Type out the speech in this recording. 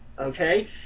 Okay